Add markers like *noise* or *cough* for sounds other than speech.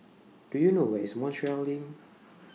Do YOU know Where IS *noise* Montreal LINK